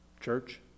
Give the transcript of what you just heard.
church